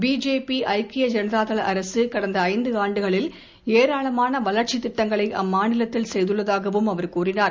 BJP ஐக்கிய ஜனதா தள அரசு கடந்த ஐந்தாண்டுகளில் ஏராளமான வளர்ச்சித் திட்டங்களை அம்மாநிலத்தில் செய்துள்ளதாகவும் அவர் கூறினார்